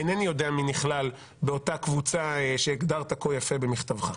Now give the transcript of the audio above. אינני יודע מי נכלל באותה קבוצה שהגדרת כה יפה במכתבך.